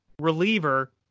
reliever